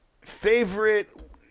favorite